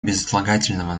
безотлагательного